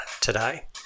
today